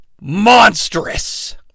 monstrous